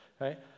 Right